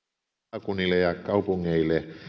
maakunnille ja kaupungeille